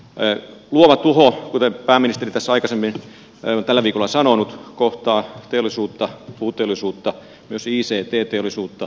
luova tuho kuten pääministeri aikaisemmin on tällä viikolla sanonut kohtaa teollisuutta puuteollisuutta myös ict teollisuutta